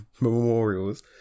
memorials